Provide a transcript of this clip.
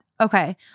okay